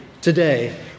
today